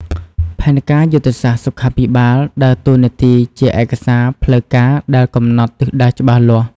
ផែនការយុទ្ធសាស្ត្រសុខាភិបាលដើរតួនាទីជាឯកសារផ្លូវការដែលកំណត់ទិសដៅច្បាស់លាស់។